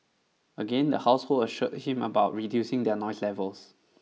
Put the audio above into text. again the household assured him about reducing their noise levels